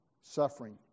Suffering